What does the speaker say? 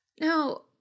Now